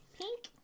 Pink